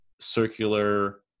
circular